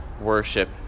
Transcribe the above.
worship